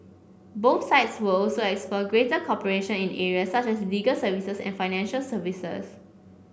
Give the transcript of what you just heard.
both sides will also explore greater cooperation in areas such as legal services and financial services